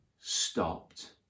stopped